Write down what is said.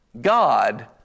God